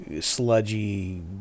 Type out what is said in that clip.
sludgy